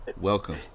welcome